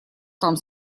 там